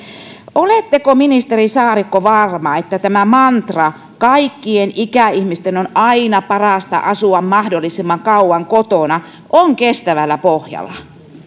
oletteko ministeri saarikko varma että tämä mantra kaikkien ikäihmisten on aina parasta asua mahdollisimman kauan kotona on kestävällä pohjalla